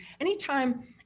anytime